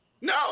no